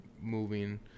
moving